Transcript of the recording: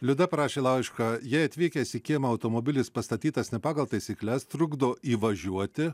liuda parašė laišką jei atvykęs į kiemą automobilis pastatytas ne pagal taisykles trukdo įvažiuoti